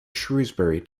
shrewsbury